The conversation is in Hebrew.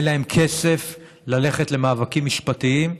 אין להן כסף ללכת למאבקים משפטיים,